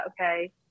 okay